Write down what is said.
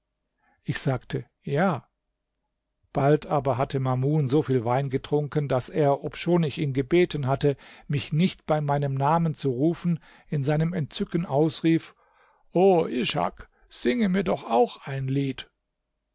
ich sagte ja bald aber hatte mamun so viel wein getrunken daß er obschon ich ihn gebeten hatte mich nicht bei meinem namen zu rufen in seinem entzücken ausrief o ishak singe mir doch auch ein lied